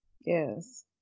Yes